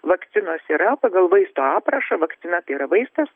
vakcinos yra pagal vaisto aprašą vakcina tai yra vaistas